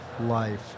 life